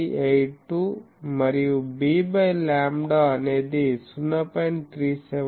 8382 మరియు b lambda అనేది 0